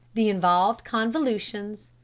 the involved convolutions,